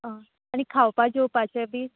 आ आनी खावपा जेवपाचें बी